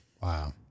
wow